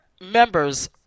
members